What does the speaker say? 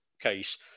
case